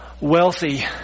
wealthy